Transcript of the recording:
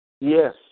Yes